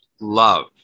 love